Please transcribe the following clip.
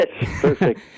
perfect